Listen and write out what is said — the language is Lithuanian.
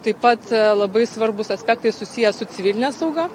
taip pat labai svarbūs aspektai susiję su civiline sauga